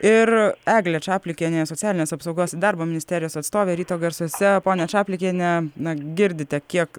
ir eglė čaplikienė socialinės apsaugos darbo ministerijos atstovė ryto garsuose ponia čaplikiene na girdite kiek